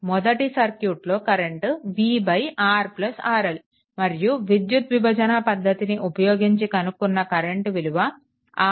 మొదటి సర్క్యూట్లో current v RRL మరియు విద్యుత్ విభజన పద్ధతిని ఉపయోగించి కనుక్కున కరెంట్ విలువ R RRL i